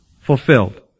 fulfilled